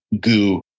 goo